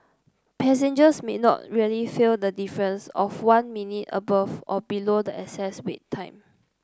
passengers may not really feel the difference of one minute above or below the excess wait time